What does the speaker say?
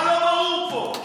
מה לא ברור פה?